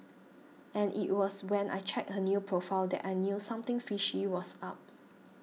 and it was when I checked her new profile that I knew something fishy was up